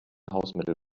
hausmittel